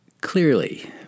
Clearly